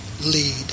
Lead